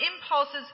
impulses